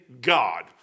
God